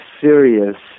serious